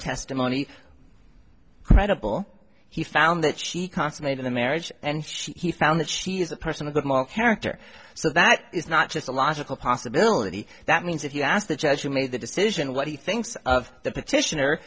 testimony credible he found that she consummated the marriage and she found that she is a person of good moral character so that it's not just a logical possibility that means if you ask the judge who made the decision what he thinks of the petitioner